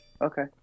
Okay